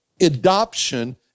adoption